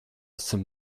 some